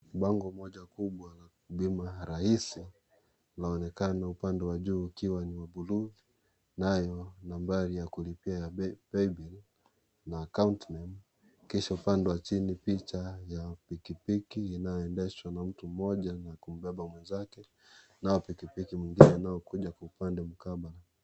Bango moja kubwa la Bima Rahisi laonekana upande wa juu likiwa na buluu nayo nambari ya kulipia ya Paybill na Account Name . Kisha upande wa chini, picha ya pikipiki inayoendeshwa na mtu mmoja na kumbeba mwenzake, naye pikipiki nyingine inayokuja upande wa mkabala.